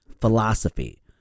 philosophy